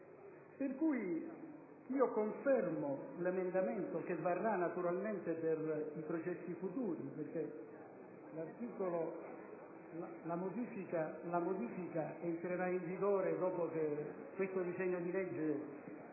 Pertanto, confermo l'emendamento, che varrà naturalmente per i processi futuri, in quanto la modifica entrerà in vigore dopo che questo disegno di legge